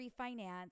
refinance